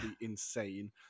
insane